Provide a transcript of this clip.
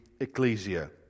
ecclesia